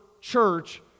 church